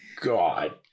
God